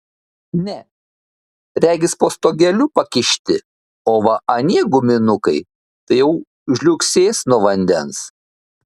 ne regis po stogeliu pakišti o va anie guminukai tai jau žliugsės nuo vandens